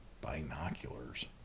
binoculars